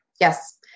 Yes